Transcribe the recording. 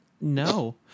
no